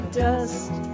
dust